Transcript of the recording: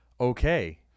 Okay